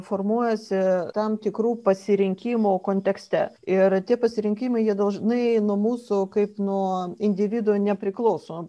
formuojasi tam tikrų pasirinkimų kontekste ir tie pasirinkimai jie dažnai nuo mūsų kaip nuo individo nepriklauso